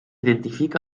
identifica